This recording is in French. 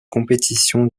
compétitions